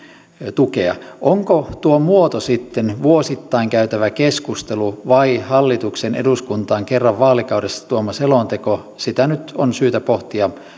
tukea onko tuo muoto sitten vuosittain käytävä keskustelu vai hallituksen eduskuntaan kerran vaalikaudessa tuoma selonteko sitä nyt on syytä pohtia